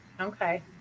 Okay